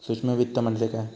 सूक्ष्म वित्त म्हणजे काय?